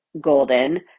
Golden